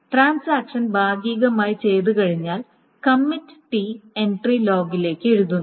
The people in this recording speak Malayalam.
ട്രാൻസാക്ഷൻ ഭാഗികമായി ചെയ്തുകഴിഞ്ഞാൽ കമ്മിറ്റ് ടി എൻട്രി ലോഗിലേക്ക് എഴുതുന്നു